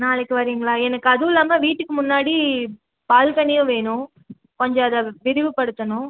நாளைக்கு வரீங்களா எனக்கு அதுவும் இல்லாமல் வீட்டுக்கு முன்னாடி பால்கனியும் வேணும் கொஞ்சம் அதை விரிவுபடுத்தணும்